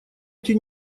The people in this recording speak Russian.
эти